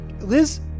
Liz